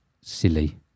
silly